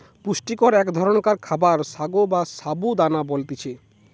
পুষ্টিকর এক ধরণকার খাবার সাগো বা সাবু দানা বলতিছে